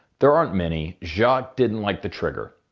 there aren't many. jacque didn't like the trigger.